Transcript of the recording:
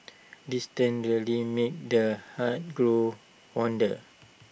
distance really made the heart grow fonder